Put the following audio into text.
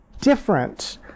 different